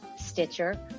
stitcher